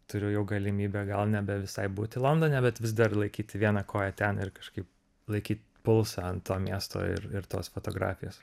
turiu jau galimybę gal nebe visai būti londone bet vis dar laikyti vieną koją ten ir kažkaip laikyt pulsą ant to miesto ir ir tos fotografijos